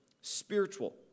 spiritual